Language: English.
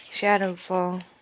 Shadowfall